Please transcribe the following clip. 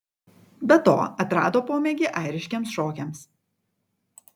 be to atrado pomėgį airiškiems šokiams